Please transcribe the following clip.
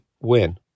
win